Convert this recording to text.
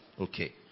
Okay